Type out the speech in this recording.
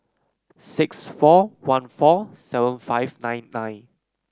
six four one four seven five nine nine